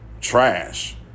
trash